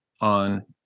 on